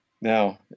Now